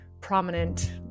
prominent